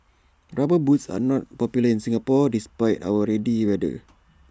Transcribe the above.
rubber boots are not popular in Singapore despite our rainy weather